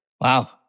Wow